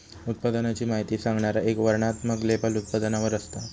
उत्पादनाची माहिती सांगणारा एक वर्णनात्मक लेबल उत्पादनावर असता